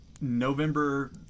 November